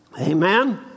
Amen